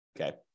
Okay